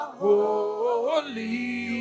holy